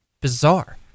Bizarre